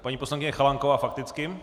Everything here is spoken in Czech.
Paní poslankyně Chalánková fakticky.